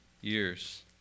Years